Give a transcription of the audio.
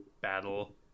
battle